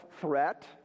threat